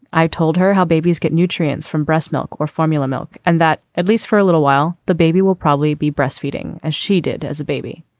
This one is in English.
i told her how babies get nutrients from breast milk or formula milk and that at least for a little while the baby will probably be breastfeeding as she did as a baby.